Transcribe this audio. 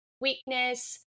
weakness